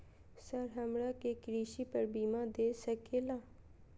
Sir हमरा के कृषि पर बीमा दे सके ला?